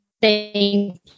thank